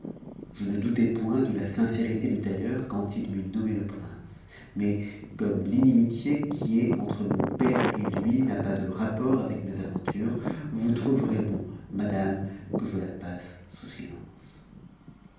je ne doutai point de la sincérité du tailleur quand il m'eut nommé le prince mais comme l'inimitié qui est entre mon père et lui n'a pas de rapport avec mes aventures vous trouverez bon madame que je la passe sous silence